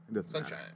Sunshine